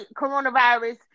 coronavirus